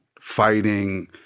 fighting